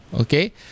okay